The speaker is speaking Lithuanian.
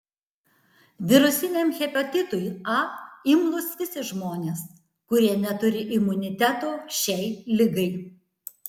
virusiniam hepatitui a imlūs visi žmonės kurie neturi imuniteto šiai ligai